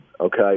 okay